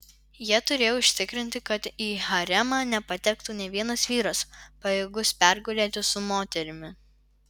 jie turėjo užtikrinti kad į haremą nepatektų nė vienas vyras pajėgus pergulėti su moterimi